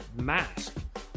mask